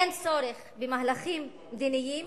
אין צורך במהלכים מדיניים